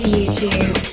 YouTube